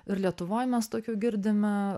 ir lietuvoj mes tokių girdime